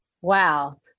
Wow